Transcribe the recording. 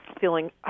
feeling